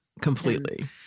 Completely